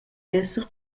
esser